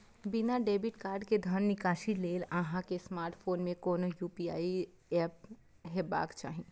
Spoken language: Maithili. बिना डेबिट कार्ड के धन निकासी लेल अहां के स्मार्टफोन मे कोनो यू.पी.आई एप हेबाक चाही